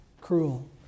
cruel